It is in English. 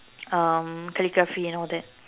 um calligraphy and all that